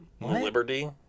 Liberty